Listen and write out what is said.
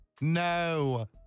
no